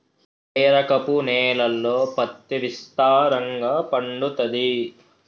ఏ రకపు నేలల్లో పత్తి విస్తారంగా పండుతది?